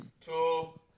two